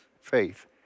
faith